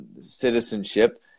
citizenship